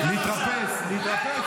תתבייש.